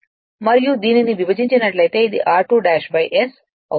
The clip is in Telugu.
మరియు దీనిని విభజించినట్లయితే అది r2 ' s అవుతుంది